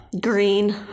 Green